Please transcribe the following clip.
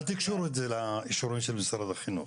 תקשרו את זה לאישורים של משרד החינוך.